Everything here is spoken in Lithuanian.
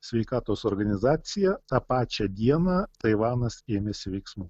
sveikatos organizaciją tą pačią dieną taivanas ėmėsi veiksmų